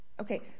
Okay